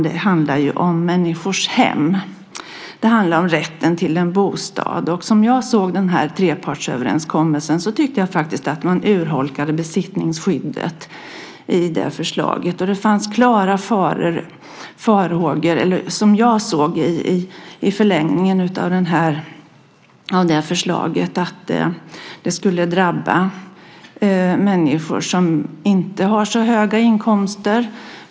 Det handlar om människors hem. Det handlar om rätten till en bostad. Som jag såg trepartsöverenskommelsen tyckte jag att man urholkade besittningsskyddet i det förslaget. Jag såg klara faror i förlängningen av förslaget. Det skulle drabba människor som inte har så höga inkomster.